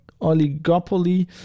oligopoly